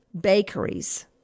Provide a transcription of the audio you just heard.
bakeries